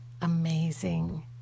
amazing